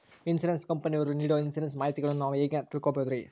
Insurance ಕಂಪನಿಯವರು ನೇಡೊ insurance ಮಾಹಿತಿಗಳನ್ನು ನಾವು ಹೆಂಗ ತಿಳಿಬಹುದ್ರಿ?